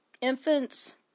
infants